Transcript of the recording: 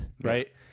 Right